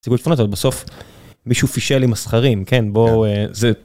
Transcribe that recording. בסוף מישהו פישל עם הסכרים, כן, בואו.